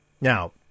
Now